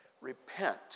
repent